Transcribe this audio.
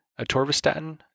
atorvastatin